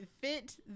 fit